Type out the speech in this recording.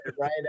right